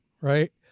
right